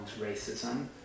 racism